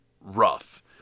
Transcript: rough